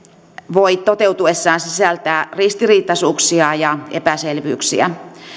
voi toteutuessaan sisältää ristiriitaisuuksia ja epäselvyyksiä